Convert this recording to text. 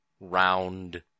round